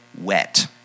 wet